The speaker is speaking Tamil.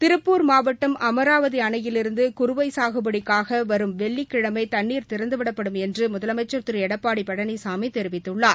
திருப்பூர் மாவட்டம் அமராவதி அணையிலிருந்து குறுவை சாகுபடிக்காக வரும் வெள்ளிக்கிழமை தண்ணீர் திறந்துவிடப்படும் என்று முதலமைச்சர் திரு எடப்பாடி பழனிசாமி தெரிவித்துள்ளார்